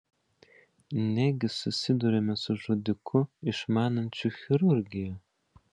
negi susidūrėme su žudiku išmanančiu chirurgiją